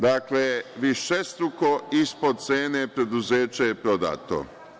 Dakle, višestruko ispod cene preduzeće je prodato.